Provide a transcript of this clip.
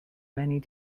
many